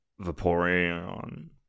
Vaporeon